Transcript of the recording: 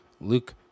Luke